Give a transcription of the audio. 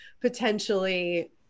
potentially